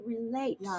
relate